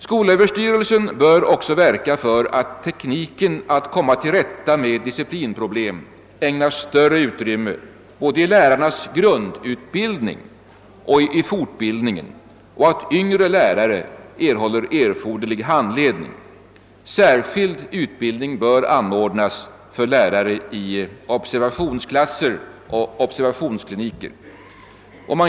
Skolöverstyrelsen bör också verka för att tekniken att komma till rätta med disciplinproblem ägnas större utrymme både i lärarnas grundutbildning och i fortbildningen och att yngre lärare erhåller erforderlig handledning. Särskild utbildning bör anordnas för lärare i observationsklasser och observationskliniker.